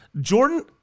Jordan